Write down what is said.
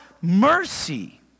mercy